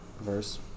verse